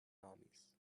آمیز